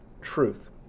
truth